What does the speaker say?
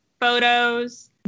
photos